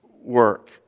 work